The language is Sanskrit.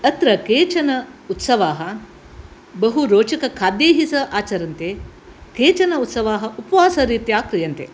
अत्र केचन उत्सवाः बहुरोचकखाद्यैः सह आचर्यन्ते केचन उत्सवाः उपवासरीत्या क्रियन्ते